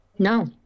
No